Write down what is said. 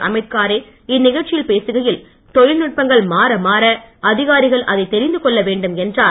அமீத் காரே இந்நிகழ்ச்சியில் பேசுகையில் தொழில்நுட்பங்கள் மாற மாற அதிகாரிகள் அதை தெரிந்து கொள்ள வேண்டும் என்றார்